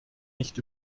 nicht